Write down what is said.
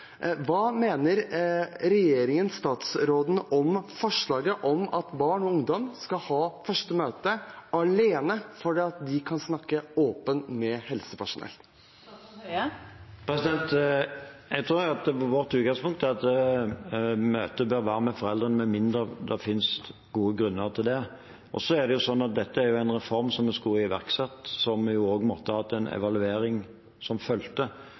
Hva mener regjeringen og statsråden om forslaget om at barn og ungdom skal ha første møte alene for å kunne snakke åpent med helsepersonell? Jeg tror vårt utgangspunkt er at møtet bør være med foreldrene med mindre det finnes gode grunner til noe annet. Så er det sånn at dette er en reform som vi skulle ha iverksatt som jo også måtte hatt en evaluering som fulgte.